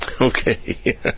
Okay